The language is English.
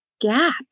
gap